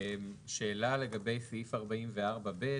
שאלה לגבי סעיף 44(ב).